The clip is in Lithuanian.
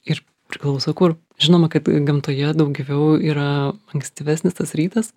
ir priklauso kur žinoma kad gamtoje daugiau yra ankstyvesnis tas rytas